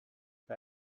bei